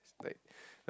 like